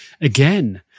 again